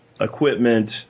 equipment